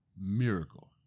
miracle